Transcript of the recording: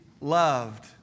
loved